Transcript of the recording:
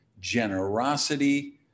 generosity